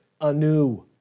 anew